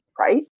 Right